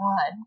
God